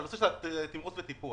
אני מדבר על התמרוץ והטיפוח.